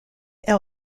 elle